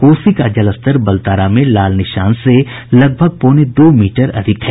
कोसी का जलस्तर बलतारा में लाल निशान से लगभग पौने दो मीटर अधिक है